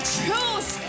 choose